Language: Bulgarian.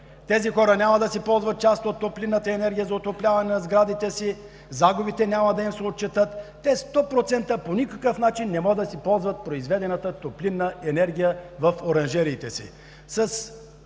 тези хора няма да ползват част от топлинната енергия за отопляване на сградите си, загубите няма да им се отчетат. Те 100% по никакъв начин не могат да си ползват произведената топлинна енергия в оранжериите си.